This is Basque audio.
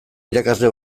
irakasle